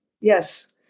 Yes